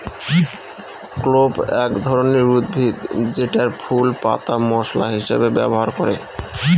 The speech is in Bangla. ক্লোভ এক ধরনের উদ্ভিদ যেটার ফুল, পাতা মশলা হিসেবে ব্যবহার করে